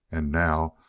and now,